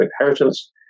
inheritance